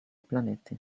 planety